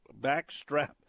backstrap